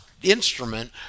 Instrument